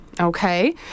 Okay